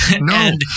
No